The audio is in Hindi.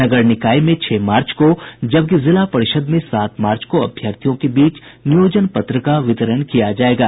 नगर निकाय में छह मार्च को जबकि जिला परिषद् में सात मार्च को अभ्यर्थियों के बीच नियोजन पत्र का वितरण किया जायेगा